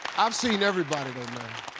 i've seen everybody that